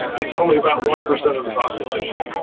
it's only about one percent of the population.